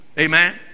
amen